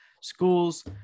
schools